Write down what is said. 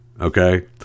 okay